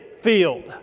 field